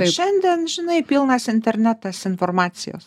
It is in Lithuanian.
šiandien žinai pilnas internetas informacijos